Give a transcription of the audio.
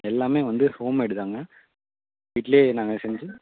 எல்லாமே வந்து ஹோம்மேடு தாங்க வீட்டிலேயே நாங்கள் செஞ்சு